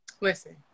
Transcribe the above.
Listen